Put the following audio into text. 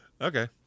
Okay